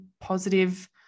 positive